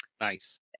Nice